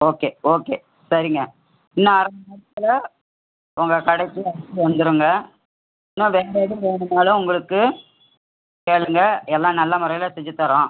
okay okay சரிங்க இன்னும் அரை மணி நேரத்தில் உங்கள் கடைக்கு எடுத்துட்டு வந்துடறோங்க இன்னும் எந்த இது வேணும்னாலும் உங்களுக்கு கேளுங்கள் எல்லாம் நல்ல முறையில் செஞ்சு தரோம்